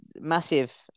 massive